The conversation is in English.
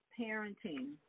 parenting